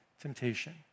temptation